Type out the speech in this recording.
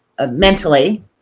mentally